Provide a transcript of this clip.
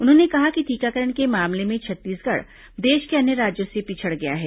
उन्होंने कहा कि टीकाकरण के मामले में छत्तीसगढ़ देश के अन्य राज्यों से पिछड़ गया है